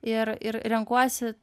ir ir renkuosi